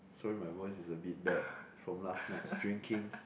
sorry my voice is a bit bad from last night's drinking